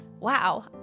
wow